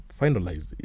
finalized